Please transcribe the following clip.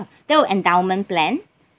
that was endowment plan